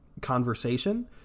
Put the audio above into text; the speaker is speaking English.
conversation